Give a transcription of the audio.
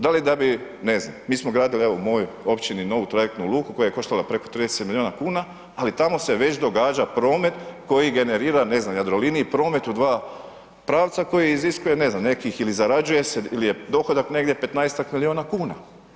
Da li da je, mi smo gradili, evo u mojoj općini novu trajektnu luku, koja je koštala preko 30milijuna kuna, ali tamo se već događa promet, koji generira, ne znam, Jadroliniji, pomet u 2 pravca koji iziskuje, ne znam nekih ili zarađuje se ili je dohodak negdje 15-tak milijuna kuna.